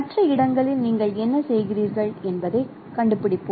மற்ற இடங்களில் நீங்கள் என்ன செய்கிறீர்கள் என்பதைக் கண்டுபிடிப்போம்